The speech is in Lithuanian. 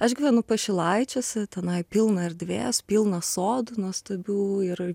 aš gyvenu pašilaičiuose tenai pilna erdvės pilna sodų nuostabių ir